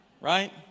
right